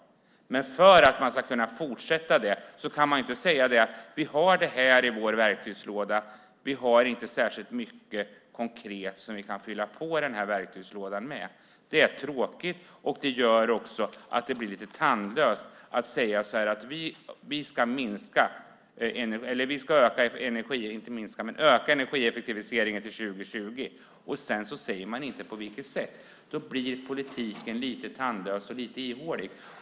Men för att man ska kunna fortsätta det kan man inte säga: Vi har det här i vår verktygslåda, men vi har inte särskilt mycket konkret som vi kan fylla på den här verktygslådan med. Det är tråkigt, och det gör också att det blir lite tandlöst när man säger att man ska öka energieffektiviseringen till 2020 men inte säger på vilket sätt det ska göras. Då blir politiken lite tandlös och lite ihålig.